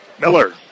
Miller